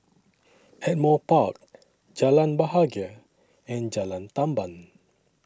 Ardmore Park Jalan Bahagia and Jalan Tamban